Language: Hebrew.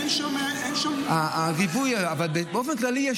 אין שם --- באופן כללי,